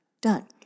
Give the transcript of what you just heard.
done